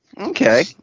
Okay